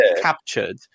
Captured